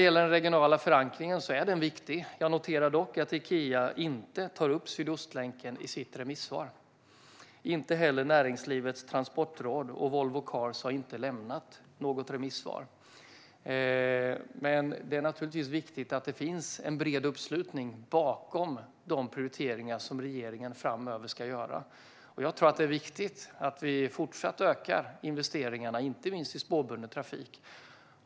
Den regionala förankringen är viktig. Jag noterar dock att Ikea inte tar upp Sydostlänken i sitt remissvar. Näringslivets transportråd och Volvo Cars har inte lämnat något remissvar. Det är naturligtvis viktigt att det finns en bred uppslutning bakom de prioriteringar som regeringen framöver ska göra. Och jag tror att det är viktigt att vi fortsätter att öka investeringarna, inte minst i spårbunden trafik.